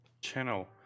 Channel